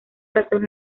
razón